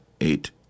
eight